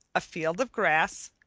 a field of grass,